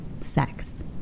Sex